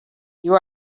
you